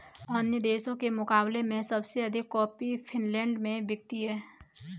अन्य देशों के मुकाबले में सबसे अधिक कॉफी फिनलैंड में बिकती है